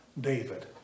David